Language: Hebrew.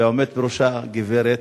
ועומדת בראשה גברת,